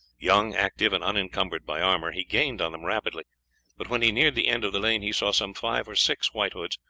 young, active, and unencumbered by armour, he gained on them rapidly but when he neared the end of the lane he saw some five or six white hoods,